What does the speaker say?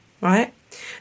right